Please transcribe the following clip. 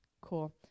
Cool